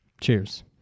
Cheers